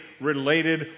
related